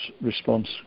response